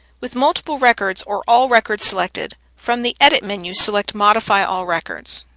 with multiple records or all records selected, from the edit menu, select modify all records.